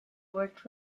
worked